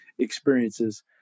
experiences